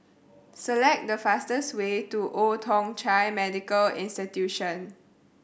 select the fastest way to Old Thong Chai Medical Institution